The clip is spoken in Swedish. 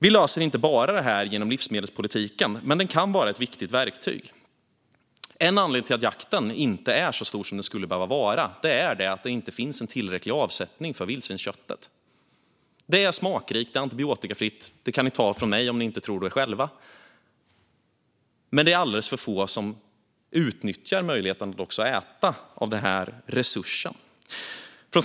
Vi löser inte detta enbart genom livsmedelspolitiken, men den kan vara ett viktigt verktyg. En anledning till att jakten inte är så stor som den skulle behöva vara är att det inte finns tillräcklig avsättning för vildsvinsköttet. Det är smakrikt och antibiotikafritt - det kan ni ta från mig om ni inte vet det själva - men det är alldeles för få som utnyttjar möjligheten att också äta av den här resursen.